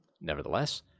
Nevertheless